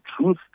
truth